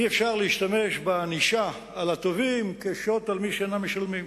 אי-אפשר להשתמש בענישה של הטובים כשוט על מי שלא משלמים.